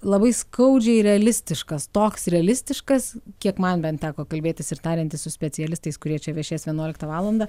labai skaudžiai realistiškas toks realistiškas kiek man bent teko kalbėtis ir tariantis su specialistais kurie čia viešės vienuoliktą valandą